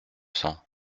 cents